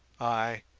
i